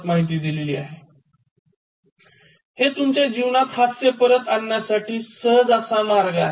हे तुमच्या जीवनात हास्य परत आणण्यासाठी सहज असा मार्ग आहे